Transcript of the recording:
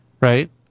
right